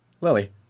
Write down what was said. Lily